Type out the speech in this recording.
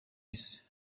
isi